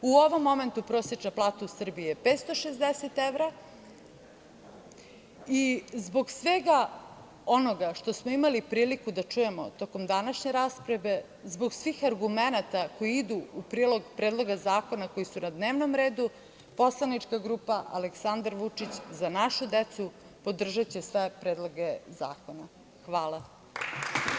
U ovom momentu prosečna plata u Srbiji je 560 evra i zbog svega onoga što smo imali priliku da čujemo tokom današnje rasprave, zbog svih argumenata koji idu u prilog predloga zakona koji su na dnevnom redu, poslanička grupa Aleksandar Vučić – Za našu decu podržaće sve predloge zakona.